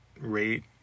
rate